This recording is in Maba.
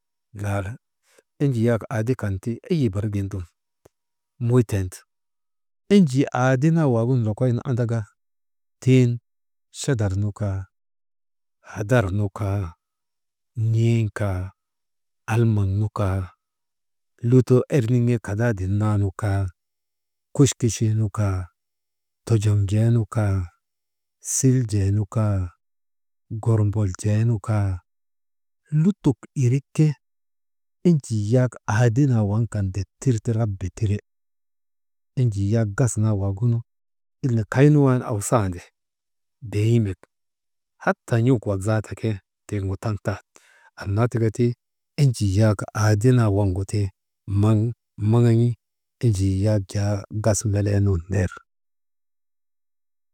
Laala enjii yak aadi kan tieyi barik gin dum luytee ti, enjii aadi naa waŋ lokoynu andaka tiŋ chadar nu kaa, hadar nu kaa, n̰en kaa, almaŋ nu kaa, lutoo erniŋee kadaaden naanu kaa, kuchkuchee nu kaa tojomjee nu kaa, siljee nu kaa, gormboljee nu kaa, lutok irik ke enjii yak aadi naa waŋ kan dittir ti raba tire, enjii yak gas naa waagu nu ile kaynu wan awsandi behimek hatan n̰uk wak zaata ke tiŋgu taŋtan annaa tika ti enjii yak aade naa waŋgu ti maŋ maŋan̰I enjii yak jaa gas melee nun ner.